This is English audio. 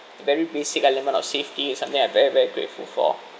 very basic element of safety is something that I'm very very grateful for